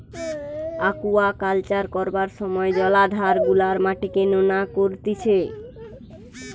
aquaculture করবার সময় জলাধার গুলার মাটিকে নোনা করতিছে